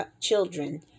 children